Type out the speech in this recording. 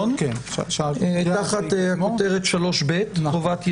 תחת הכותרת 3ב: חובת יידוע.